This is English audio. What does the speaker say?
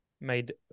made